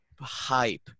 Hype